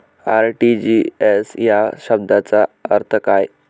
RTGS या शब्दाचा अर्थ काय?